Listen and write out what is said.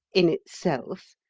in itself.